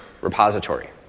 repository